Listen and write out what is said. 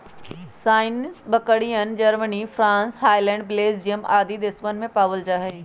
सानेंइ बकरियन, Germany, France, Holland, Belgium आदि देशवन में भी पावल जाहई